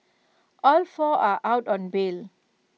all four are out on bail